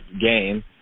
game